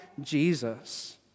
Jesus